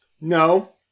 No